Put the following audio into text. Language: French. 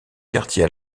quartier